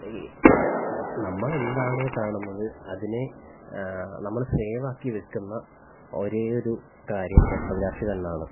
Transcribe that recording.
ഈ നമ്മളെന്താണോ കാണുന്നത് അതിനെ നമ്മള് സേവാക്കി വെക്കുന്ന ഒരേയൊരു കാര്യം ഫോട്ടോഗ്രാഫി തന്നെ ആണ്